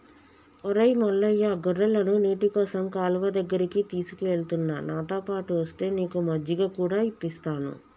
ఒరై మల్లయ్య గొర్రెలను నీటికోసం కాలువ దగ్గరికి తీసుకుఎలుతున్న నాతోపాటు ఒస్తే నీకు మజ్జిగ కూడా ఇప్పిస్తాను